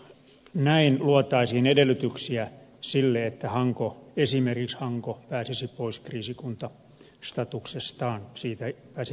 näin luotaisiin edellytyksiä sille että esimerkiksi hanko pääsisi pois kriisikuntastatuksestaan pääsisi siitä irti